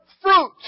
fruit